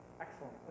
Excellent